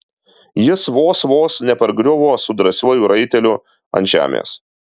jis vos vos nepargriuvo su drąsiuoju raiteliu ant žemės